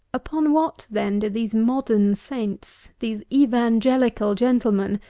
upon what, then, do these modern saints these evangelical gentlemen,